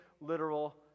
literal